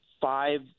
five